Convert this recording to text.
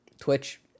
twitch